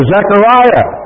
Zechariah